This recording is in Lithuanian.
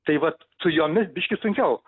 tai vat su jomis biškį sunkiau